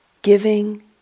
giving